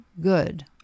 good